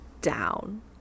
down